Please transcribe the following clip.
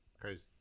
Crazy